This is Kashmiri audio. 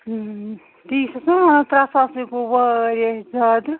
تی چھَس نا وَنان ترٛےٚ ساس ہَے گوٚو وارِیاہ زیادٕ